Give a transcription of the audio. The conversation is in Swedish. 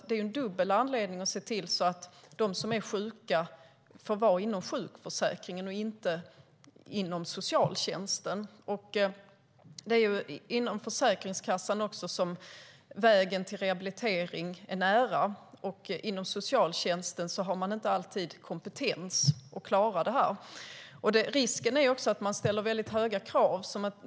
Det är dubbel anledning att se till att de som är sjuka får vara inom sjukförsäkringen och inte inom socialtjänsten. Det är inom Försäkringskassan som vägen till rehabilitering är nära. Inom socialtjänsten har man inte alltid kompetens att klara detta. Risken är att det ställs höga krav.